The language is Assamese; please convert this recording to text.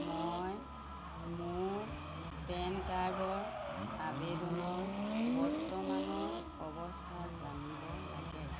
মই মোৰ পেন কাৰ্ডৰ আবেদনৰ বৰ্তমানৰ অৱস্থা জানিব লাগে